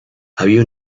había